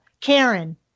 Karen